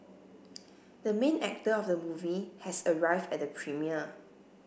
the main actor of the movie has arrived at the premiere